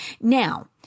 Now